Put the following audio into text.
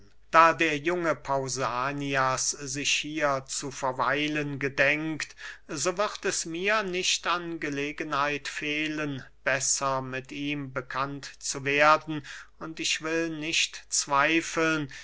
da der junge pausanias sich hier zu verweilen gedenkt so wird es mir nicht an gelegenheit fehlen besser mit ihm bekannt zu werden und ich will nicht zweifeln